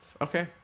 Okay